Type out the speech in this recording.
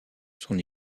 son